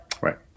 right